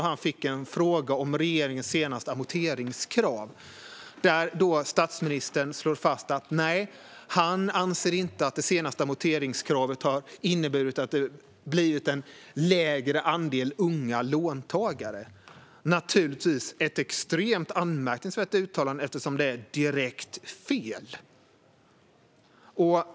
Han fick en fråga om regeringens senaste amorteringskrav. Statsministern slår fast att han inte anser att det senaste amorteringskravet har inneburit att det har blivit en lägre andel unga låntagare. Det är naturligtvis ett extremt anmärkningsvärt uttalande, eftersom det är direkt fel.